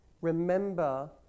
remember